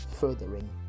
furthering